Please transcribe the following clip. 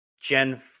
Gen